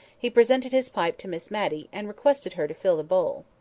he presented his pipe to miss matty, and requested her to fill the bowl.